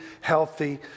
healthy